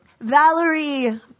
Valerie